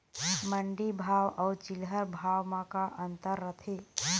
मंडी भाव अउ चिल्हर भाव म का अंतर रथे?